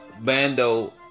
bando